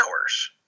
hours